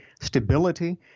stability